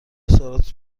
سوالات